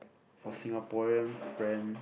for Singaporean friend